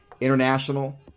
international